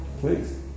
Please